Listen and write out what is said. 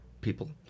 people